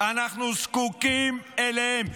אנחנו זקוקים להם,